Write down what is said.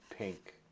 pink